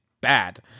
bad